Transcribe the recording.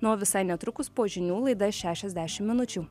na o visai netrukus po žinių laida šešiasdešim minučių